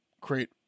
create